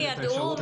ארגוני הנשים ידעו?